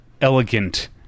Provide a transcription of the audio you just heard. elegant